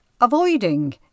avoiding